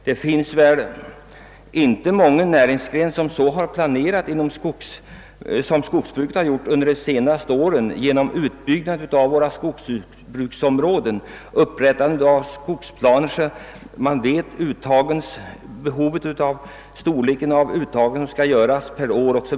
Det är väl inte många näringsgrenar som har planerat så väl som skogsbruket gjort under de senaste åren genom organiserandet av skogsbruksområden, upprättande av skogsbruksplaner, avvecklingsplaner etc., så att man vet hur stora uttag som skall göras per år.